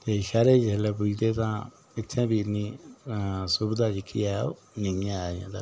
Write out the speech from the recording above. ते शैह्रे जिसलै पुज्जदे तां इ'त्थें बी इ'न्नी सुविधा जेह्की ऐ ओह् नेईं ऐ अजें तक्क